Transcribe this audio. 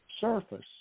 surface